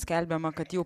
skelbiama kad jau